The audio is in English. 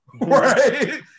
right